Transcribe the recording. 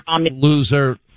loser